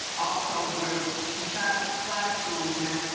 also, where keshad's classroom was at,